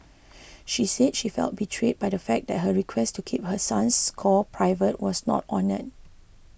she said she felt betrayed by the fact that her request to keep her son's score private was not honoured